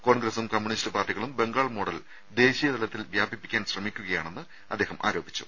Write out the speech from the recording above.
കോൺഗ്രസ്സും കമ്മ്യൂണിസ്റ്റ് പാർട്ടികളും ബംഗാൾ മോഡൽ ദേശീയ തലത്തിൽ വ്യാപിപ്പിക്കാൻ ശ്രമിക്കുകയാണെന്ന് അദ്ദേഹം ആരോപിച്ചു